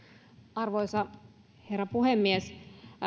arvoisa herra puhemies